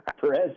Perez